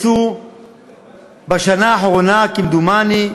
בשנה האחרונה נכנסו, כמדומני,